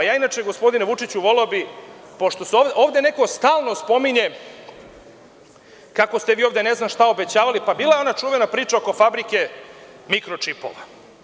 Inače, gospodine Vučiću, voleo bih, pošto se ovde stalno spominje kako ste vi ovde ne znam šta obećavali, a bila je ona čuvena priča oko fabrike mikročipova.